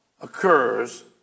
occurs